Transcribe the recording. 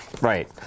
right